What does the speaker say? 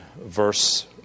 verse